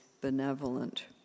benevolent